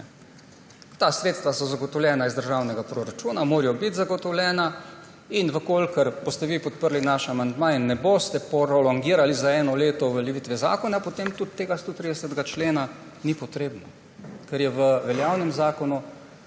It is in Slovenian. Ta sredstva so zagotovljena iz državnega proračuna, morajo biti zagotovljena. In če boste vi podprli naš amandma in ne boste prolongirali za eno leto uveljavitve zakona, potem tudi ta 130. člen ni potreben, ker je v veljavnem zakonu,